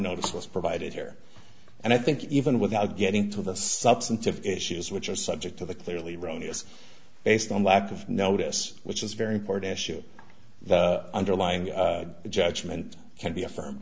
notice was provided here and i think even without getting to the substantive issues which are subject to the clearly wrong is based on lack of notice which is very important issue the underlying judgment can be affirm